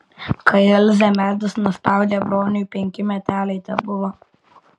kai elzę medis nuspaudė broniui penki meteliai tebuvo